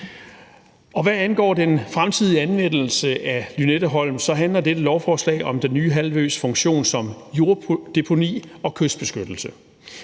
Hvad angår den fremtidige anvendelse af Lynetteholm, handler dette lovforslag om den nye halvøs funktion som jorddeponi og kystbeskyttelse.